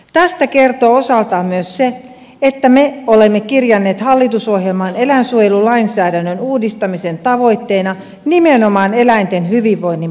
tästä kertoo osaltaan myös se että me olemme kirjanneet hallitusohjelmaan eläinsuojelulainsäädännön uudistamisen tavoitteena nimenomaan eläinten hyvinvoinnin parantamisen